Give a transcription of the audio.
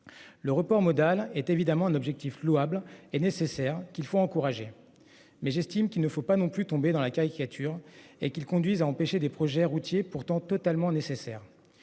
Le report modal est évidemment un objectif louable et nécessaire, qu'il faut encourager. Mais j'estime qu'il ne faut pas non plus tomber dans la caricature et qu'il conduisent à empêcher des projets routiers pourtant totalement nécessaire.